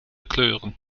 kleuren